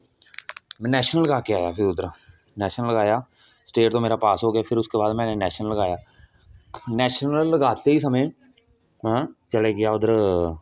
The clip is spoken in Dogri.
में नेशनल लगा के आया फिर उद्धरा नैशनल लगा के आया स्टैट तू मेरा पास हो गया फिर उसके बाद मेने नैशनल लगाया नैशनल लगाते ही समें चला गया उधर